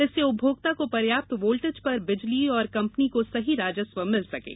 इससे उपभोक्ता को पर्याप्त वोल्टेज पर बिजली और कंपनी को सही राजस्व मिल सकेगा